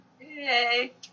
Yay